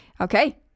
Okay